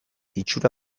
itxura